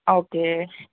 okay